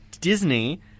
Disney